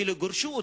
אפילו גירשו אותם,